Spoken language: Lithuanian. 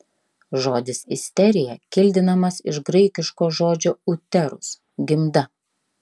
žodis isterija kildinamas iš graikiško žodžio uterus gimda